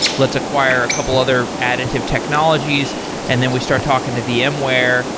let's acquire a couple other additive technologies and then we start talking to vmware.